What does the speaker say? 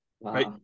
right